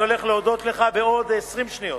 אני הולך להודות לך בעוד 20 שניות.